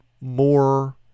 more